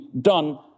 done